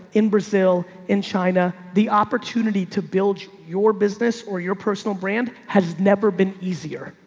in brazil, in china, the opportunity to build your business or your personal brand has never been easier.